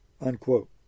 unquote